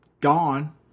gone